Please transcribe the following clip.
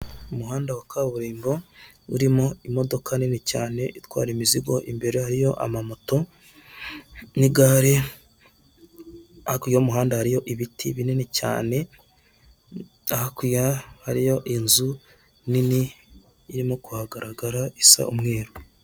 Umuhanda wa kaburimbo urimo imodoka nini cyane itwara imizigo, imbere hariyo amamoto n'igare, hakurya y'umuhanda hariyo ibiti binini cyane, hakurya hariyo inzu nini irimo kuhagaragara isa umweru.